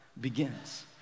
begins